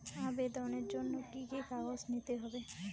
আবেদনের জন্য কি কি কাগজ নিতে হবে?